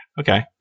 Okay